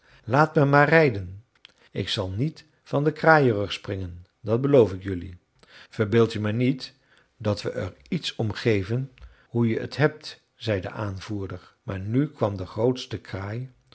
laat me maar rijden ik zal niet van den kraaienrug springen dat beloof ik jelui verbeeld je maar niet dat we er iets om geven hoe je het hebt zei de aanvoerder maar nu kwam de grootste kraai